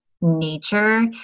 nature